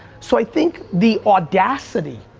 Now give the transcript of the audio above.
so i think the audacity,